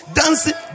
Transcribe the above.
dancing